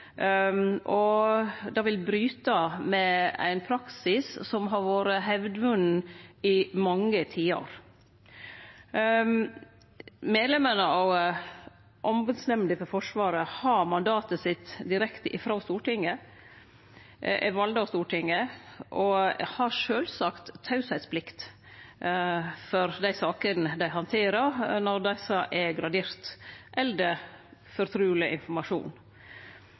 Det vil bryte med ein praksis som har vore hevdvunnen i mange tiår. Medlemene av Ombodsnemnda for Forsvaret har mandatet sitt direkte frå Stortinget, dei er valde av Stortinget, og har sjølvsagt teieplikt om dei sakene dei handterer når desse er graderte eller har fortruleg informasjon.